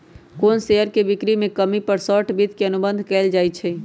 कोनो शेयर के बिक्री में कमी पर शॉर्ट वित्त के अनुबंध कएल जाई छई